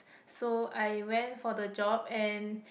so I went for the job and